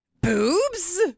Boobs